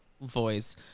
voice